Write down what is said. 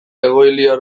egoiliar